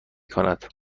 کند